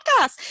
podcast